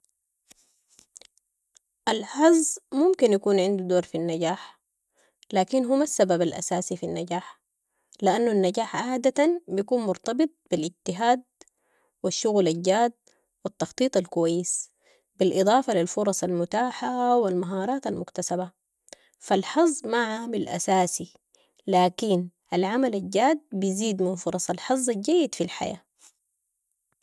الحظ ممكن يكون عندو دور في النجاح، لكن هو ما السبب الاساسي في النجاح، لانو النجاح عادة بكون مرتبط بالاجتهاد و الشغل الجاد و التخطيط الكويس، بالاضافة للفرص المتاحة و المهارات المكتسبة، فالحظ ما عامل اساسي، لكن العمل الجاد بيزيد من فرص الحظ الجيد في الحياة.